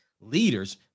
leaders